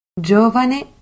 Giovane